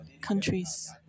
countries